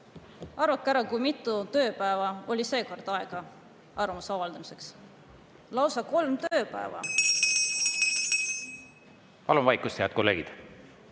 Arvake ära, kui mitu tööpäeva oli seekord aega arvamuse avaldamiseks! Lausa kolm tööpäeva. (Helistab kella.)